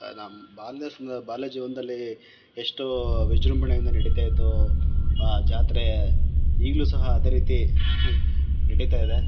ನಮ್ಮ ಬಾಲ್ಯ ಬಾಲ್ಯ ಜೀವನದಲ್ಲಿ ಎಷ್ಟೋ ವಿಜೃಂಭಣೆಯಿಂದ ನಡಿತಾ ಇತ್ತೋ ಆ ಜಾತ್ರೆ ಈಗಲೂ ಸಹ ಅದೆ ರೀತಿ ನಡಿತಾ ಇದೆ